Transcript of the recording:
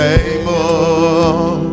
able